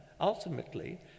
ultimately